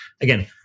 Again